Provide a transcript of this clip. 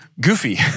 Goofy